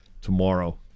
tomorrow